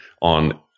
on